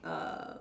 uh